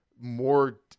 more